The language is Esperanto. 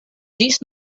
ĝis